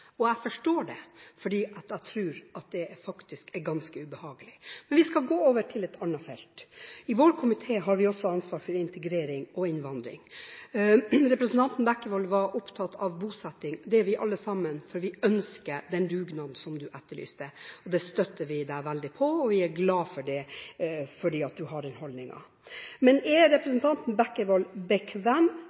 Folkeparti. Jeg forstår det, for jeg tror det faktisk er ganske ubehagelig. Jeg skal gå over til et annet felt. I vår komité har vi også ansvar for integrering og innvandring. Representanten Bekkevold var opptatt av bosetting. Det er vi alle sammen, for vi ønsker den dugnaden som representanten etterlyste. Det støtter vi representanten veldig på, og vi er glad for at representanten har den holdningen. Men er representanten Bekkevold